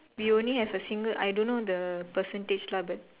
we only have a single I don't know the percentage lah but